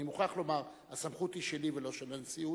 אני מוכרח לומר, הסמכות היא שלי, ולא של הנשיאות.